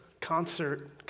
concert